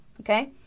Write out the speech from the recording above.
Okay